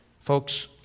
Folks